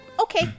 Okay